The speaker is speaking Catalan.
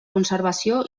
conservació